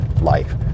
life